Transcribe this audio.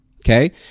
Okay